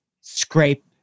scrape